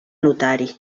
notari